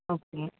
okay